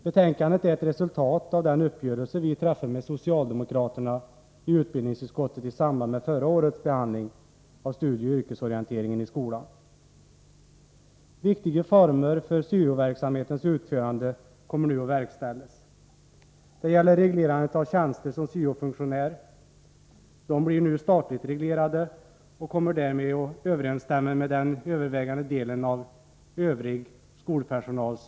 Betänkandet är ett resultat av den uppgörelse vi träffade med socialdemokraterna i utbildningsutskottet i samband med förra årets behandling av studieoch yrkesorienteringen i skolan. Viktiga linjer för syo-verksamhetens utförande kommer nu att genomföras. Det gäller t.ex. reglerandet av tjänster som syo-funktionär — de blir nu statligt reglerade och kommer därmed att överensstämma med tjänsteformen för den övervägande delen av övrig skolpersonal.